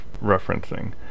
referencing